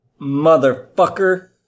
motherfucker